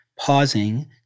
Pausing